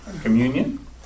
Communion